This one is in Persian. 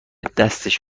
دستش